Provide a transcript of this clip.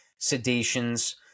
Sedations